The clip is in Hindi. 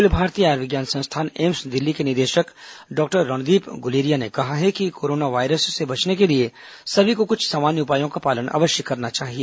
अखिल भारतीय आयुर्विज्ञान संस्थान एम्स दिल्ली के निदेशक डॉक्टर रणदीप गुलेरिया ने कहा कि कोरोना वायरस से बचने के लिए सभी को कुछ सामान्य उपायों का पालन अवश्य करना चाहिए